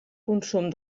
consum